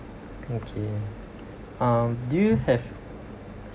okay um do you have